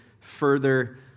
further